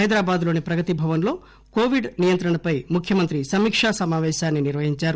హైదరాబాద్ లోని ప్రగతిభవన్ లో కోవిడ్ నియంత్రణపై ముఖ్యమంత్రి సమీకా సమావేశాన్ని నిర్వహించారు